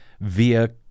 via